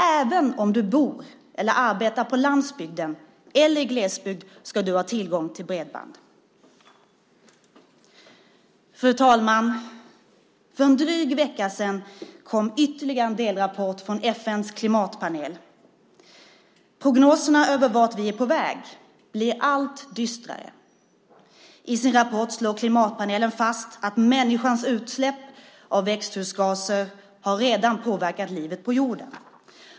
Även om du bor eller arbetar på landsbygden eller i glesbygd ska du ha tillgång till bredband. Fru talman! För en dryg vecka sedan kom ytterligare en delrapport från FN:s klimatpanel. Prognoserna över vart vi är på väg blir allt dystrare. I sin rapport slår klimatpanelen fast att människans utsläpp av växthusgaser redan har påverkat livet på jorden.